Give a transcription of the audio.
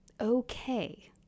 okay